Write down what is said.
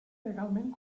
legalment